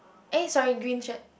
eh sorry green shirt